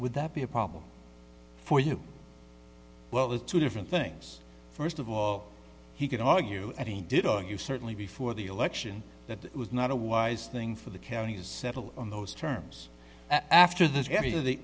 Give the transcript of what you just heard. would that be a problem for you well there's two different things first of all he could argue that he did or you certainly before the election that it was not a wise thing for the counties settle on those terms after those very the